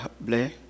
Blair